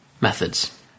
methods